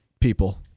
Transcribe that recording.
people